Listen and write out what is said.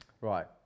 Right